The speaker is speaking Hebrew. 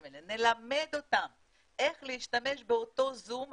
האלה נלמד אותם איך להשתמש באותו זום,